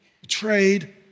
betrayed